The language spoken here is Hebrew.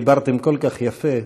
דברתם כל כך יפה,